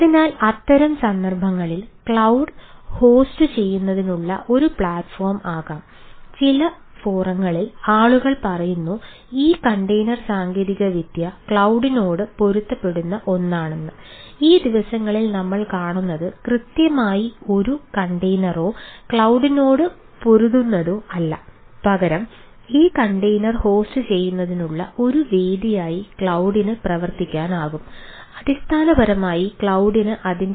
അതിനാൽ അത്തരം സന്ദർഭങ്ങളിൽ ക്ലൌഡ് സാങ്കേതികവിദ്യ സ്വീകരിക്കുന്നതിലൂടെ